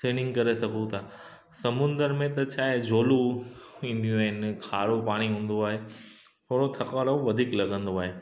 swimming करे सघूं था समुंद्र में त छाहे झोलूं ईंदियूं आहिनि खारो पाणी हूंदो आहे थोरो थकाड़ो वधीक लॻंदो आहे